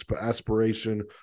aspiration